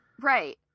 Right